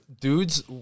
dudes